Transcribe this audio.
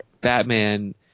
Batman